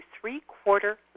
three-quarter